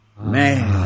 Man